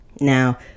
Now